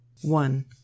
One